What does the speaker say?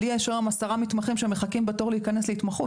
לי יש היום עשרה מתמחים שמחכים בתור להיכנס להתמחות.